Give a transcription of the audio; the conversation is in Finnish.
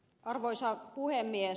arvoisa puhemies